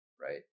right